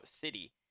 city